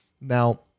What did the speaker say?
Now